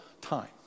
time